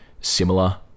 similar